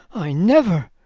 i never!